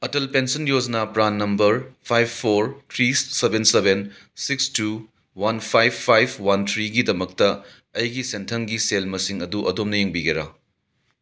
Atal pension ꯌꯣꯖꯅꯥ PRAN number five four three seven seven six two one five five one ꯊ꯭ꯔꯤꯒꯤꯗꯃꯛꯇ ꯑꯩꯒꯤ ꯁꯦꯟꯊꯪꯒꯤ ꯁꯦꯜ ꯃꯁꯤꯡ ꯑꯗꯨ ꯑꯗꯣꯝꯅ ꯌꯦꯡꯕꯤꯒꯦꯔꯥ